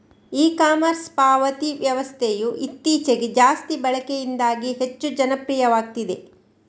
E commerce ಪಾವತಿ ವ್ಯವಸ್ಥೆಯು ಇತ್ತೀಚೆಗೆ ಜಾಸ್ತಿ ಬಳಕೆಯಿಂದಾಗಿ ಹೆಚ್ಚು ಜನಪ್ರಿಯವಾಗ್ತಿದೆ